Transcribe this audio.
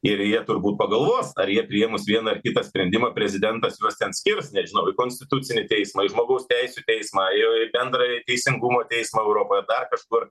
ir jie turbūt pagalvos ar jie priėmus vieną ar kitą sprendimą prezidentas juos ten skirs nežinau į konstitucinį teismą į žmogaus teisių teismą ir į bendrąjį teisingumo teismą europoje dar kažkur